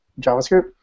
JavaScript